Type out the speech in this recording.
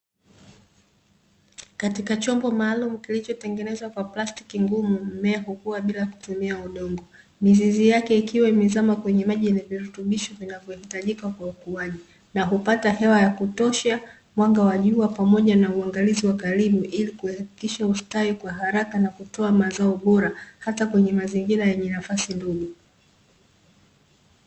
Katika chombo maalum kilichotengenezwa kwa plastiki ngumu mmea hukuwa bila kutumia udongo, mizizi yake ikiwa imezama kwenye maji yenye virutubisho vinavyohitajika kwa ukuaji na hupata hewa ya kutosha, mwanga wa jua pamoja na uangalizi wa karibu ili kuhakikisha ustawi kwa haraka na kutoa mazao bora hata kwenye mazingira yenye nafasi ndogo.